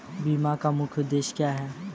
बीमा का मुख्य उद्देश्य क्या है?